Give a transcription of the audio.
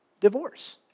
divorce